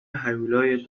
هیولای